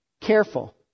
careful